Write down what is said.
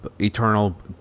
Eternal